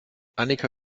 annika